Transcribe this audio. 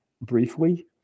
briefly